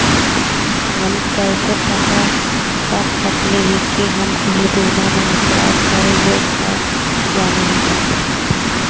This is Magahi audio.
हम कैसे पता कर सकली हे की हम किसी बीमा में अप्लाई करे योग्य है या नही?